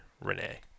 Renee